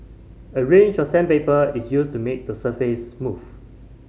a range of sandpaper is used to make the surface smooth